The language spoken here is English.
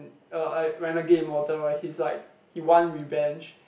uh I Renegade Immortal right he's like he want revenge